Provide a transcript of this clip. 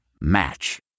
Match